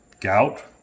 gout